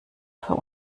für